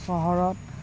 চহৰত